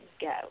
go